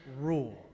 rule